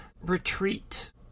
retreat